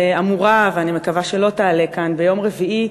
שאמורה ואני מקווה שלא תעלה כאן ביום רביעי,